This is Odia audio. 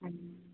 ଆଜ୍ଞା